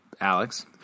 Alex